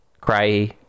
cry